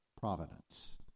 providence